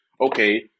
Okay